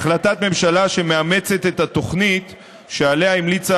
החלטת ממשלה שמאמצת את התוכנית שעליה המליצה